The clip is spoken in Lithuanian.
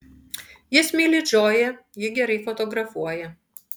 jis myli džoją ji gerai fotografuoja